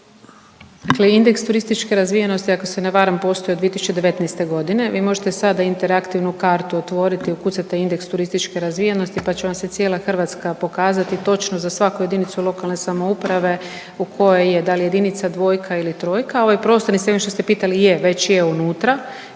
Dakle, indeks turističke razvijenosti ako se ne varam postoji od 2019.g., vi možete sada interaktivnu kartu otvoriti ukucate indeks turističke razvijenosti pa će vam se cijela Hrvatska pokazati točno za svaku jedinicu lokalne samouprave u kojoj je dal jedinica, dvojka ili trojka. Ovaj prostorni … što ste me pitali je, već je unutra